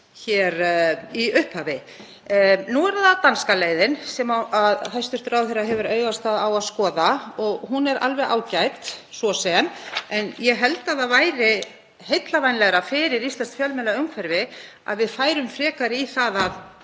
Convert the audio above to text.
hér í upphafi. Nú er það danska leiðin sem hæstv. ráðherra hefur augastað á og hún er alveg ágæt svo sem en ég held að það væri heillavænlegra fyrir íslenskt fjölmiðlaumhverfi að við færum frekar í það að